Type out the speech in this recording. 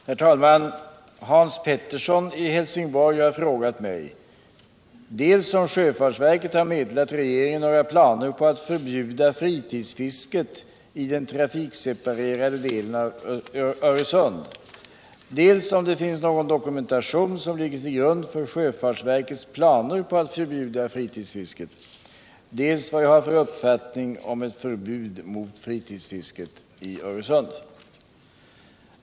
Herr talman! Hans Pettersson i Helsingborg har frågat mig dels om sjöfartsverket har meddelat regeringen några planer på att förbjuda fritidsfisket i den trafikseparerade delen av Öresund, dels om det finns någon dokumentation som ligger till grund för sjöfartsverkets planer på att förbjuda fritidsfisket, dels vad jag har för uppfattning om ett förbud mot fritidsfisket i Öresund.